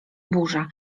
burza